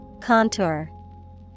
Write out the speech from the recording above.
Contour